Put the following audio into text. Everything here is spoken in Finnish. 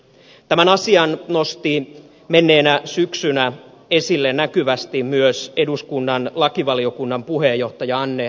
tämän asian nosti menneenä syksynä esille näkyvästi myös eduskunnan lakivaliokunnan puheenjohtaja anne holmlund